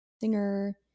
singer